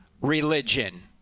religion